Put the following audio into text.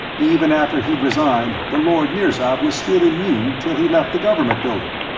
even after he'd resigned, the lord nirzav was still immune till he left the government building.